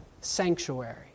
sanctuary